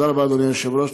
תודה רבה, אדוני היושב-ראש.